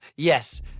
Yes